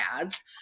ads